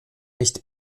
nicht